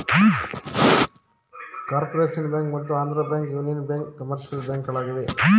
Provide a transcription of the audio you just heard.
corporation bank ಮತ್ತು Andhra bank, union bank commercial ಬ್ಯಾಂಕ್ಗಳಾಗಿವೆ